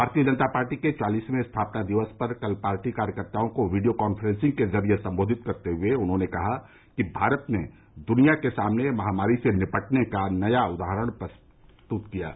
भारतीय जनता पार्टी के चालीसवें स्थापना दिवस पर कल पार्टी कार्यकर्ताओं को वीडियो काफ्रेंसिंग के जरिये संबोधित करते हुए उन्होंने कहा कि भारत ने दुनिया के सामने महामारी से निपटने का नया उदाहरण प्रस्तुत किया है